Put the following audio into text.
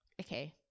okay